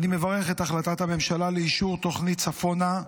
אני מברך את החלטת הממשלה לאישור תוכנית "צפונה",